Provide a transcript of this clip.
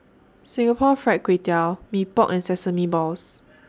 Singapore Fried Kway Tiao Mee Pok and Sesame Balls